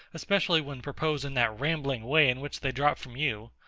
especially when proposed in that rambling way in which they drop from you.